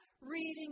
reading